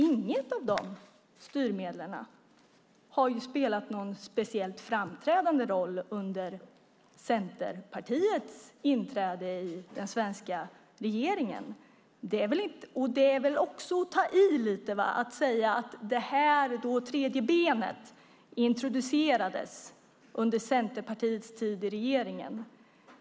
Inget av dessa styrmedel har spelat någon speciellt framträdande roll efter Centerpartiets inträde i den svenska regeringen. Det är att ta i lite att säga att det tredje benet introducerades under Centerpartiets tid i regeringen.